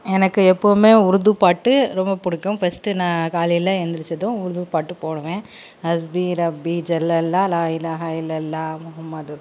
எனக்கு எப்பவுமே உருது பாட்டு ரொம்ப பிடிக்கும் ஃபஸ்ட்டு நான் காலையில எந்திரிச்சதும் உருது பாட்டு போடுவேன் ஹஸ்பி ரப்பி ஜல்லல்லா லாயி லாஹாயில்லல்லா முகமது